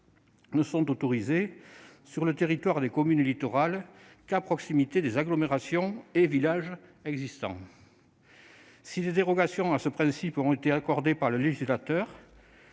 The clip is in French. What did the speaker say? n'est autorisée sur le territoire de ces communes qu'à proximité des « agglomérations et villages existants ». Si des dérogations à ce principe ont été définies par le législateur,